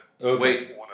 Wait